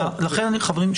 חברים,